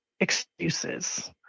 excuses